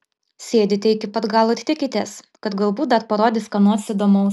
sėdite iki pat galo ir tikitės kad galbūt dar parodys ką nors įdomaus